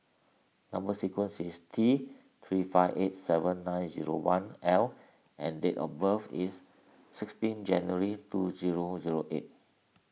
Number Sequence is T three five eight seven nine zero one L and date of birth is sixteen January two zero zero eight